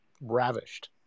ravished